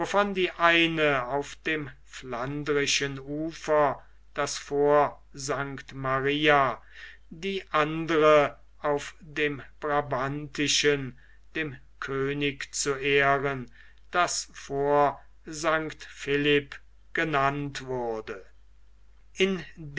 wovon die eine auf dem flandrischen ufer das fort st maria die andre auf dem brabantischen dem könig zu ehren das fort st philipp genannt wurde